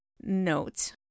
Note